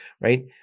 right